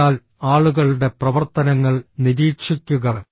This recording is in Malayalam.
അതിനാൽ ആളുകളുടെ പ്രവർത്തനങ്ങൾ നിരീക്ഷിക്കുക